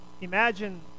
Imagine